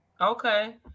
Okay